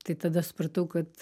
tai tada supratau kad